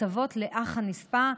הטבות לאח הנספה),